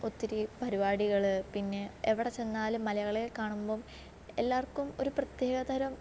ഒത്തിരി പരിപാടികൾ പിന്നെ എവിടെ ചെന്നാലും മലയാളിയെ കാണുമ്പം എല്ലാവർക്കും ഒരു പ്രത്യേക തരം